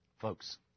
Folks